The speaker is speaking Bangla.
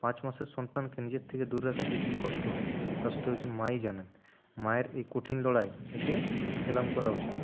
পাঁচ মাসের সন্তানকে নিজের থেকে দূরে রাখা যে কি কষ্ট তা শুধু একজন মাই জানেন মায়ের এই কঠিন লড়াই একে সেলাম করা উচিত